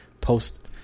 Post